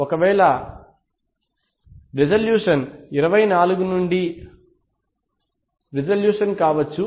అయితే ఒకవేళ రిజల్యూషన్ 24 నుండి రిజల్యూషన్ కావచ్చు